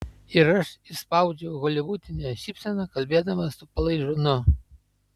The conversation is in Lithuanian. ir aš išspaudžiau holivudinę šypseną kalbėdamas su palaižūnu